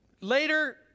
Later